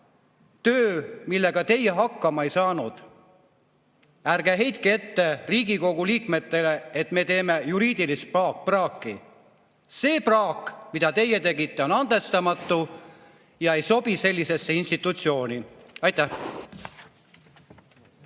töö, millega teie hakkama ei saanud. Ärge heitke ette Riigikogu liikmetele, et me teeme juriidilist praaki. See praak, mida teie tegite, on andestamatu ja ei sobi sellisesse institutsiooni. Aitäh!